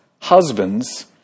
Husbands